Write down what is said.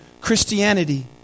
Christianity